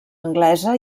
anglesa